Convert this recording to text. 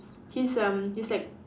he's um he's like